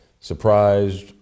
surprised